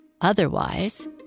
Otherwise